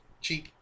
cheap